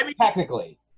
technically